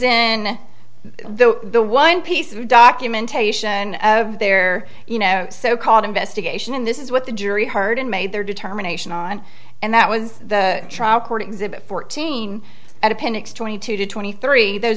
in the the one piece of documentation there you know so called investigation in this is what the jury heard and made their determination on and that was the trial court exhibit fourteen at appendix twenty two to twenty three those